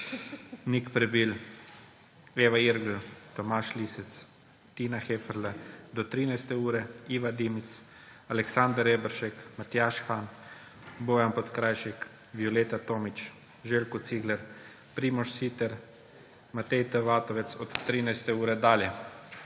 Nik Prebil, Eva Irgl, Tomaž Lisec, Tina Heferle do 13. ure, Iva Dimic, Aleksander Reberšek, Matjaž Han, Bojan Podkrajšek, Violeta Tomić, Željko Cigler, Primož Siter, Matej T. Vatovec od 13. ure dalje.